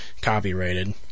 copyrighted